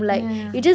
yeah yeah